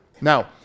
Now